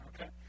okay